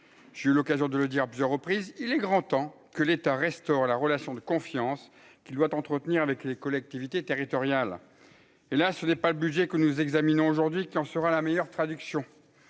j'ai eu l'occasion de le dire à plusieurs reprises, il est grand temps que l'État restaure la relation de confiance qui doit entretenir avec les collectivités territoriales et là ce n'est pas le budget que nous examinons aujourd'hui qui en sera la meilleure traduction